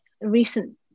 recent